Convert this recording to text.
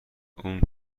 اون